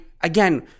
Again